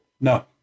No